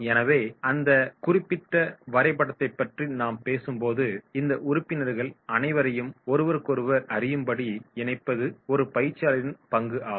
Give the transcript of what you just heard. எனவே அந்த குறிப்பிட்ட வரைபடத்தைப் பற்றி நாம் பேசும்போது இந்த உறுப்பினர்கள் அனைவரையும் ஒருவருக்கொருவர் அறியும்படி இணைப்பது ஒரு பயிற்சியாளரின் பங்கு ஆகும்